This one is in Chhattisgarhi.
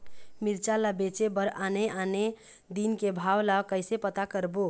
मिरचा ला बेचे बर आने आने दिन के भाव ला कइसे पता करबो?